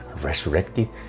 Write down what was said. resurrected